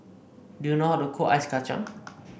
do you know how to cook Ice Kachang